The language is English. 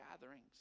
gatherings